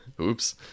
Oops